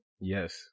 Yes